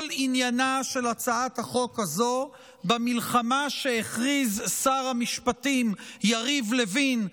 כל עניינה של הצעת החוק הזאת במלחמה שהכריז שר המשפטים יריב לוין,